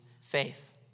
faith